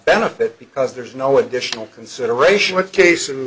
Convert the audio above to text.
benefit because there's no additional consideration what case